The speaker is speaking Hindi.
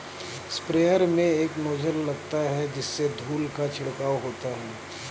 स्प्रेयर में एक नोजल लगा होता है जिससे धूल का छिड़काव होता है